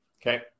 Okay